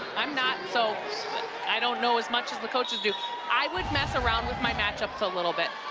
i'm not so i don't know as much as the coaches do i would mess around with my matchups a little bit.